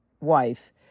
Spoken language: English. wife